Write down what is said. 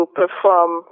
perform